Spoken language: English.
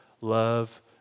love